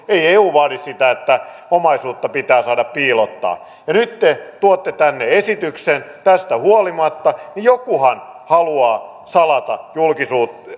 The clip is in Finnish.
ei eu vaadi sitä että omaisuutta pitää saada piilottaa kun te nyt tuotte tänne esityksen tästä huolimatta niin jokuhan haluaa salata julkisuudelta